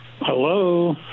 Hello